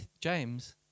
James